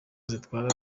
zitwara